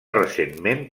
recentment